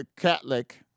Catholic